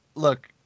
Look